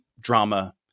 drama